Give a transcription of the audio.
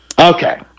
Okay